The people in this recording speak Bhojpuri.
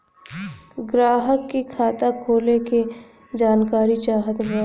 ग्राहक के खाता खोले के जानकारी चाहत बा?